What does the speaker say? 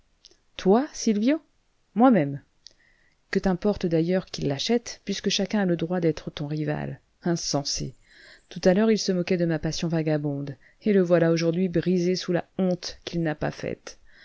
toi sylvio moi-même que t'importe d'ailleurs qui l'achète puisque chacun a le droit d'être ton rival insensé tout à l'heure il se moquait de ma passion vagabonde et le voilà aujourd'hui brisé sous la honte qu'il n'a pas faite